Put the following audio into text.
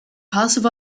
passive